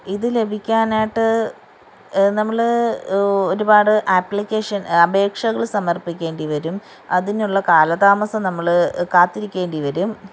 ഇത് ലഭിക്കാനായിട്ട് നമ്മള് ഒരുപാട് ആപ്ലിക്കേഷൻ അപേക്ഷകള് സമർപ്പിക്കേണ്ടി വരും അതിനുള്ള കാലതാമസം നമ്മള് കാത്തിരിക്കേണ്ടി വരും